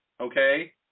okay